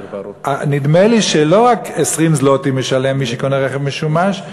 נדמה לי שלא רק 20 זלוטי משלם מי שקונה רכב משומש,